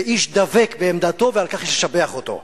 והאיש דבק בעמדתו, ועל כך יש לשבח אותו.